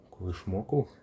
ko išmokau